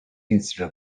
instead